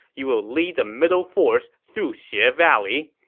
you will lead the middle force through xie ah valley.